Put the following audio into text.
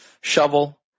shovel